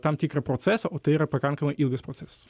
tam tikrą procesą o tai yra pakankamai ilgas procesas